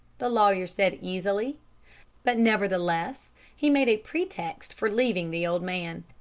the lawyer said easily but nevertheless he made a pretext for leaving the old man.